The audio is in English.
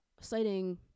citing